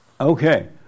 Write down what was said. Okay